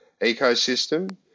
ecosystem